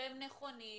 והם נכונים,